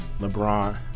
LeBron